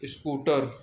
scooter